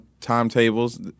timetables